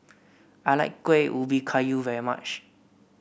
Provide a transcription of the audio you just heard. I like Kueh Ubi Kayu very much